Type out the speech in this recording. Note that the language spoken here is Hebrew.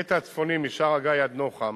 הקטע הצפוני, משער-הגיא עד נחם,